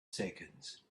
seconds